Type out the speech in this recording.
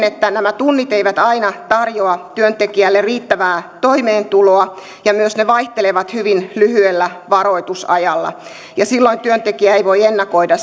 että nämä tunnit eivät aina tarjoa työntekijälle riittävää toimeentuloa ja ne myös vaihtelevat hyvin lyhyellä varoitusajalla ja silloin työntekijä ei voi ennakoida